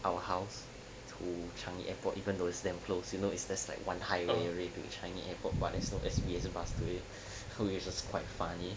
our house to changi airport even though it's damn close you know it's just like one highway away to changi airport but then there's no S_B_S bus to it which was quite funny